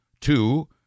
Two